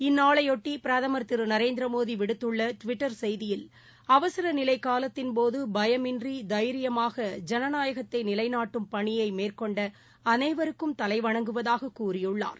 இந்நாளையொட்டிபிரதமர் திருநரேந்திரமோடிவிடுத்துள்ளடுவிட்டர் செய்தியில் அவசரநிலைகாலத்தின்போதபயமின்றிதைரியமாக ஐனநாயகத்தைநிலைநாட்டும் பணியைமேற்கொண்டஅனைவருக்கும் தலைவணங்குவதாககூறியுள்ளாா்